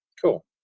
Cool